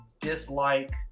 dislike